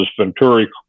venturi